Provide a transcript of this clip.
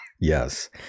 yes